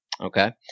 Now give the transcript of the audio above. Okay